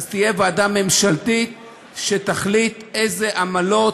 תהיה ועדה ממשלתית שתחליט איזה עמלות,